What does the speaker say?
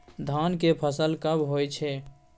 धान के फसल कब होय छै?